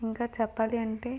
ఇంకా చెప్పాలి అంటే